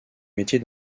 métier